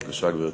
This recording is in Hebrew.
גברתי,